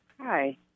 Hi